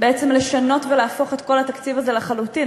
בעצם לשנות ולהפוך את כל התקציב הזה לחלוטין.